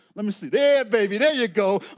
let me see. there, baby. there you go.